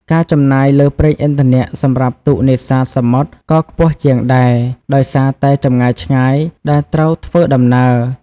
ការចំណាយលើប្រេងឥន្ធនៈសម្រាប់ទូកនេសាទសមុទ្រក៏ខ្ពស់ជាងដែរ ដោយសារតែចម្ងាយឆ្ងាយដែលត្រូវធ្វើដំណើរ។